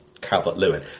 Calvert-Lewin